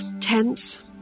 Tense